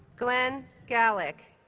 glen gallik